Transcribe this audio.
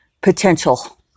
potential